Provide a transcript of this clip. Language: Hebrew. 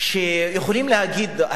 שיכולים להגיד,